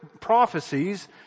prophecies